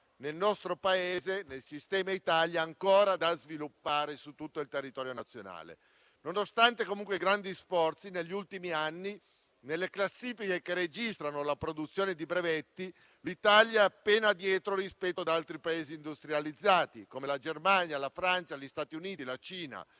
nel nostro Paese e nel sistema Italia ancora da sviluppare su tutto il territorio nazionale. Nonostante i grandi sforzi, negli ultimi anni nelle classifiche che registrano la produzione di brevetti l'Italia è appena dietro rispetto ad altri Paesi industrializzati, come la Germania, la Francia, gli Stati Uniti, la Cina.